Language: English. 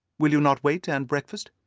will you not wait and breakfast?